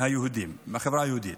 מאשר בחברה היהודית.